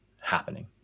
happening